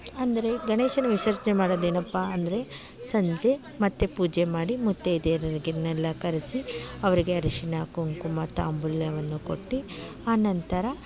ಅಂದರೆ ಗಣೇಶನ ವಿಸರ್ಜನೆ ಮಾಡೋದೇನಪ್ಪ ಅಂದರೆ ಸಂಜೆ ಮತ್ತೆ ಪೂಜೆ ಮಾಡಿ ಮುತ್ತೈದೆಯರಿಗೆಲ್ಲ ಕರೆಸಿ ಅವರಿಗೆ ಅರಶಿಣ ಕುಂಕುಮ ತಾಂಬೂಲವನ್ನು ಕೊಟ್ಟು ಆನಂತರ